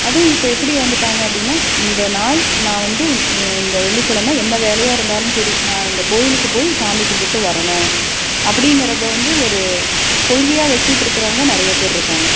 அதுவும் இப்போ எப்படி வந்துட்டாங்க அப்படின்னா இந்த நாள் நான் வந்து இந்த வெள்ளிக்கிழம என்ன வேலையாக இருந்தாலும் சரி நான் இந்த கோயிலுக்கு போய் சாமி கும்பிட்டு வரணும் அப்படிங்கிறத வந்து ஒரு கொள்கையாக வச்சிட்டிருக்குறவங்க நிறையப்பேர் இருக்காங்க